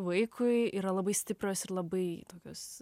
vaikui yra labai stiprios ir labai tokios